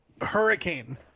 Hurricane